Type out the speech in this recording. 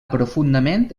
profundament